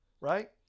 right